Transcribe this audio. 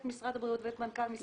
משרד הבריאות ואת מנכ"ל משרד הבריאות.